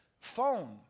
phone